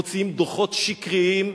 מוציאים דוחות שקריים,